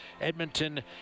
edmonton